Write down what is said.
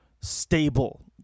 stable